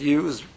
use